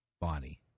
body